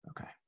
Okay